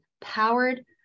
powered